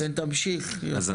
תמשיך יותם.